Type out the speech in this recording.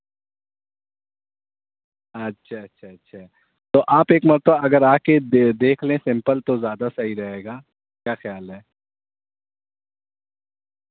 اچھا اچھا اچھا تو آپ ایک مرتبہ اگر آ کے دیکھ لیں سمپل تو زیادہ صحیح رہے گا کیا خیال ہے